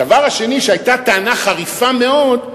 הדבר השני, טענה חריפה מאוד,